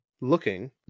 looking